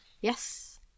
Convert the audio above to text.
Yes